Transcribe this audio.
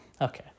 Okay